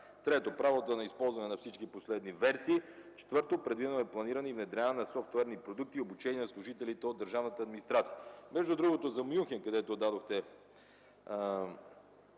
Трето, правото на използване на всички последни версии. Четвърто, предвидено е планиране и внедряване на софтуерни продукти и обучение на служителите от държавната администрация. Между другото – за Мюнхен, за където дадохте